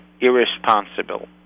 irresponsible